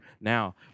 now